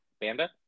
Banda